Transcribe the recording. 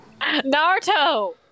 Naruto